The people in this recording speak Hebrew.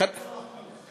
הכול בגלל החומוס.